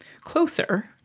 closer